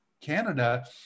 Canada